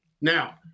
Now